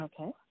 okay